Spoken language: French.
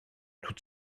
tout